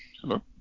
Hello